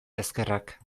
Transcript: ezkerrak